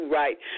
right